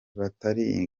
batiri